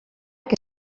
que